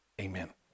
Amen